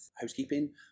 housekeeping